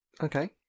okay